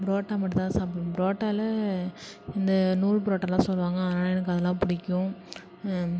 புரோட்டா மட்டும் தான் சாப்புட்வேன் பரோட்டால இந்த நூல் பரோட்டாலாம் சொல்வாங்க ஆனால் எனக்கு அதெல்லாம் பிடிக்கும்